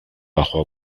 bajo